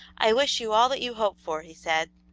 i wish you all that you hope for, he said.